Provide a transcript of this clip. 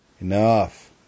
enough